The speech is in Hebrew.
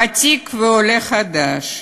ותיק ועולה חדש,